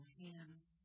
hands